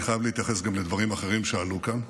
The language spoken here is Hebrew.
אני חייב להתייחס גם לדברים אחרים שעלו כאן,